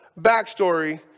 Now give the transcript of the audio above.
backstory